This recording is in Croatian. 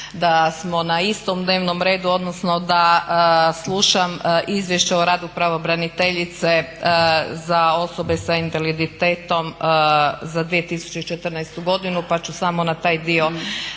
da smo na istom dnevnom redu, odnosno da slušam izvješće o radu pravobraniteljice za osobe sa invaliditetom za 2014. godinu pa ću samo na taj dio